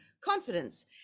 confidence